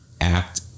act